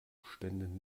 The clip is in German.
umständen